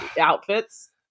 outfits